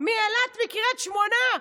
מאילת וקריית שמונה.